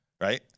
right